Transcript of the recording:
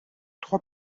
trois